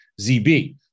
ZB